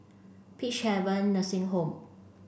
Peacehaven Nursing Home